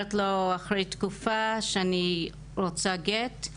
אומרת לו אחרי תקופה שאני רוצה גט,